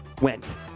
went